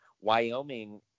Wyoming